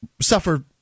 suffer